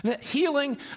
Healing